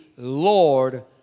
Lord